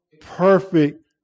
perfect